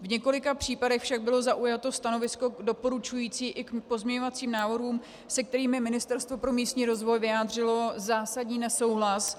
V několika případech však bylo zaujato stanovisko doporučující i k pozměňovacím návrhům, se kterými Ministerstvo pro místní rozvoj vyjádřilo zásadní nesouhlas.